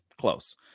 close